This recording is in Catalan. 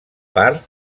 part